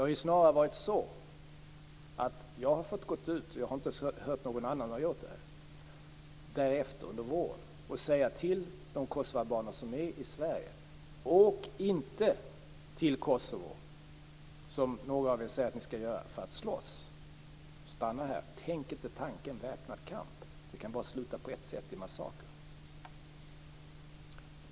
Snarare har det varit så att jag därefter, under våren, har fått gå ut - jag har inte hört talas om någon annan som har gjort det - och säga till de kosovoalbaner som är i Sverige: Åk inte till Kosovo för att slåss, som några säger att de skall göra. Stanna här. Tänk inte tanken om väpnad kamp. Den kan bara sluta på ett sätt: i massaker.